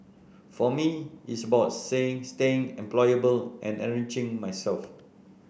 for me it's about saying staying employable and enriching myself